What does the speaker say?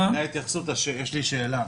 --- לפי ההתייחסות יש לי שאלה,